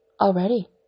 already